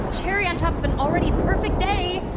cherry on top of an already perfect day!